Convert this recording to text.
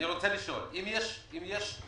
אני רוצה לשאול: אם יש אוכלוסיות